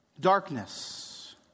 darkness